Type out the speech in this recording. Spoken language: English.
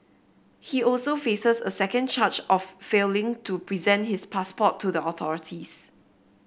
he also faces a second charge of failing to present his passport to the authorities